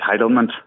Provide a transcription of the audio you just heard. entitlement